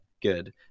good